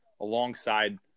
alongside